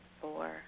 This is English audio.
four